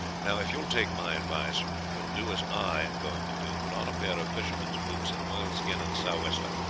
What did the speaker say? now, if you will take my advice, you will do as i am going to do put on a pair of fisherman's boots and oilskin and sou'wester.